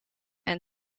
and